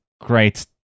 great